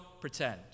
pretend